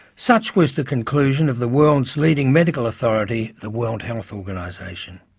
such was the conclusion of the world's leading medical authority, the world health organization.